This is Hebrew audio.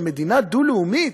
על מדינה דו-לאומית,